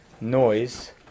noise